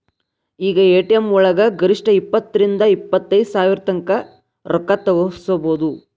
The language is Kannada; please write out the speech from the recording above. ಈಗ ಎ.ಟಿ.ಎಂ ವಳಗ ಗರಿಷ್ಠ ಇಪ್ಪತ್ತರಿಂದಾ ಇಪ್ಪತೈದ್ ಸಾವ್ರತಂಕಾ ರೊಕ್ಕಾ ತಗ್ಸ್ಕೊಬೊದು